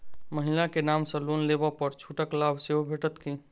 महिला केँ नाम सँ लोन लेबऽ पर छुटक लाभ सेहो भेटत की?